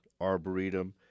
Arboretum